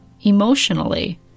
emotionally